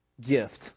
gift